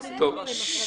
צריך לזכור.